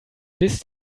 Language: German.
bis